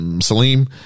Salim